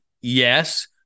Yes